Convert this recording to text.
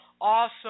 awesome